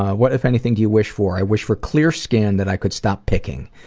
what if anything do you wish for? i wish for clear skin that i could stop picking.